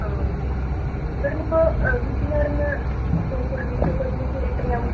ആ ഇവിടുന്ന് ഇപ്പോൾ ബീച്ചിൻ്റെ അവിടുന്ന് കോഴിക്കോട് മെഡിക്കൽ കോളേജിലേക്ക് എത്ര ആവും